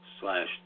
slash